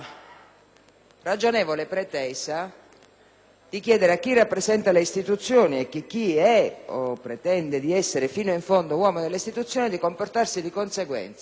ragionevole pretesa di chiedere a chi rappresenta le istituzioni e a chi è - o pretende di essere - fino in fondo uomo delle istituzioni di comportarsi di conseguenza.